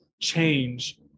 change